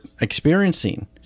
experiencing